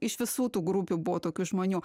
iš visų tų grupių buvo tokių žmonių